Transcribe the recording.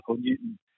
Newton